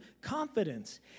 confidence